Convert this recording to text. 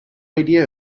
idea